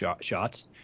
shots